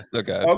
okay